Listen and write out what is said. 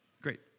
great